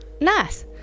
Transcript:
nice